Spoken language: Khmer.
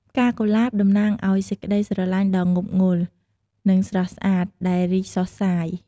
ផ្កាកុលាប តំណាងអោយ សេចក្តីស្រឡាញ់ដ៏ងប់ងល់ និងស្រស់ស្អាត ដែលរីកសុះសាយ។